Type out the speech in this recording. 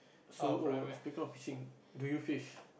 so oh speaker of fishing do you fish